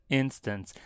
instance